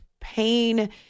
pain